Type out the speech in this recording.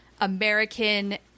American